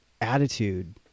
attitude